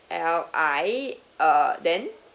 L I uh then